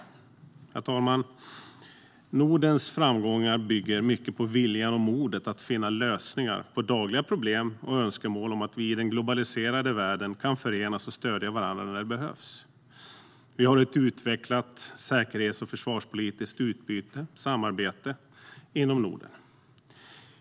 Herr talman! Nordens framgångar bygger mycket på viljan och modet att finna lösningar på dagliga problem och önskemål om att vi i den globaliserade världen kan förenas och stödja varandra när det behövs. Vi har ett utvecklat säkerhets och försvarspolitiskt utbyte och samarbete inom Norden.